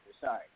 Sorry